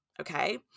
okay